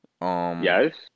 Yes